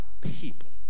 people